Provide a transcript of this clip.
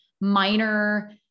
minor